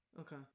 okay